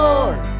Lord